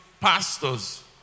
pastors